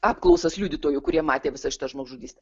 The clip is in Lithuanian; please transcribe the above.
apklausas liudytojų kurie matė visą šitą žmogžudystę